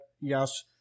Yes